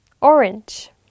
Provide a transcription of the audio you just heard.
orange